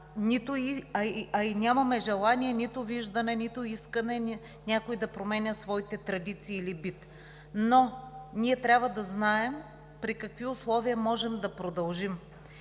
а и нямаме желание, нито виждаме, нито искаме някой да променя своите традиции или бит, но трябва да знаем при какви условия можем да продължим.